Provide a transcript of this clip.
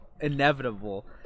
inevitable